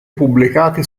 pubblicati